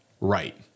right